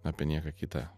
apie nieką kitą